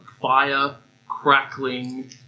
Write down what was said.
fire-crackling